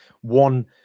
one